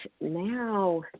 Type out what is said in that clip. now